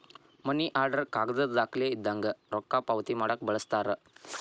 ಮನಿ order ಕಾಗದದ್ ದಾಖಲೆ ಇದ್ದಂಗ ರೊಕ್ಕಾ ಪಾವತಿ ಮಾಡಾಕ ಬಳಸ್ತಾರ